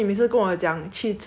I don't wanna eat it you know know